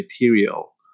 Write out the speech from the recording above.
material